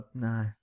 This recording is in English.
No